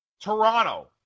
Toronto